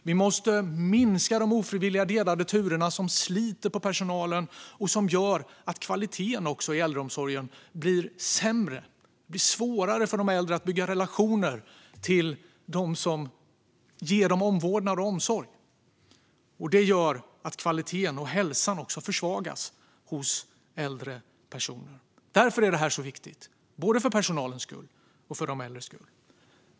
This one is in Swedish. Vi måste minska de ofrivilliga delade turerna, som sliter på personalen och gör att kvaliteten i äldreomsorgen blir sämre. Det blir svårare för de äldre att bygga relationer till dem som ger omvårdnad och omsorg, och det gör att kvaliteten och hälsan försvagas hos äldre personer. Därför är detta så viktigt, både för personalens skull och för de äldres skull.